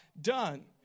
done